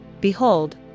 Behold